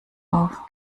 auf